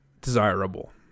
desirable